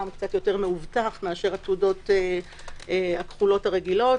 ומאובטח מאשר התעודות הכחולות הרגילות.